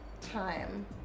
time